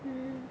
mm